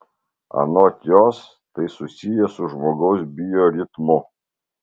anot jos tai susiję su žmogaus bioritmu